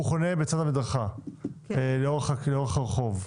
הוא חונה בצד המדרכה לאורך הרחוב.